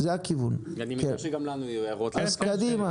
אני מניח שגם לנו יהיו הערות לנוסח.